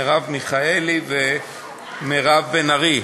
מרב מיכאלי ומירב בן ארי,